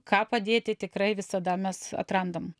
ką padėti tikrai visada mes atrandam